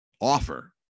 offer